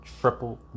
triple